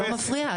אני לא מפריעה,